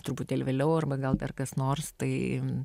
truputėlį vėliau arba gal dar kas nors tai